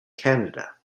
canada